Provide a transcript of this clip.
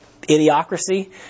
idiocracy